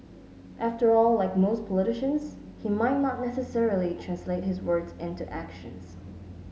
after all like most politicians he might not necessarily translate his words into actions